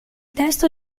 testo